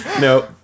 No